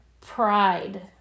pride